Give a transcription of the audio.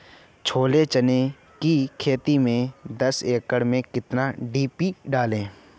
छोले चने की खेती में दस एकड़ में कितनी डी.पी डालें?